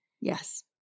Yes